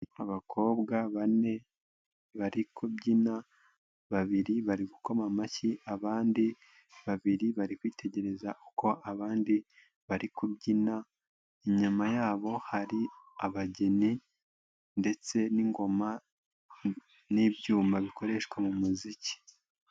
Abakobwa bane bari kubyina, babiri bari gukoma amashyi, abandi babiri bari kwitegereza uko abandi bari kubyina. Inyama yabo hari abageni ndetse n'ingoma n'ibyuma bikoreshwa mu muziki.